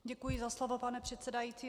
Děkuji za slovo, pane předsedající.